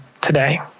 today